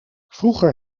vroeger